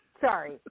Sorry